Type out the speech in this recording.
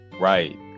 right